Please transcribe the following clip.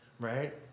right